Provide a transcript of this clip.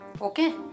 okay